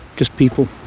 just people,